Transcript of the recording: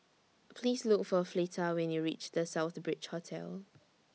Please Look For Fleta when YOU REACH The Southbridge Hotel